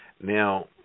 Now